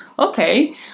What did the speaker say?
okay